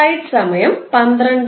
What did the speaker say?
42mA